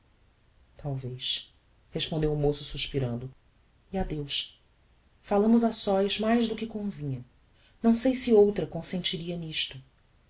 talvez respondeu o moço suspirando e adeus falamos a sós mais do que convinha não sei se outra consentiria nisto